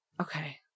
okay